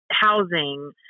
Housing